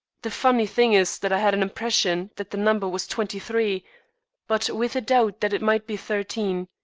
the funny thing is that i had an impression that the number was twenty-three, but with a doubt that it might be thirteen.